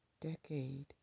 Decade